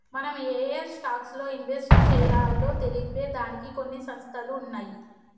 మనం ఏయే స్టాక్స్ లో ఇన్వెస్ట్ చెయ్యాలో తెలిపే దానికి కొన్ని సంస్థలు ఉన్నయ్యి